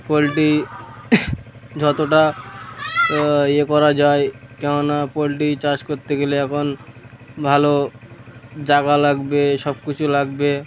poultry যতটা ইয়ে করা যায় কেন না পোলট্রি চাষ করতে গেলে এখন ভালো জায়গা লাগবে সব কিছু লাগবে